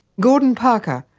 gordon parker,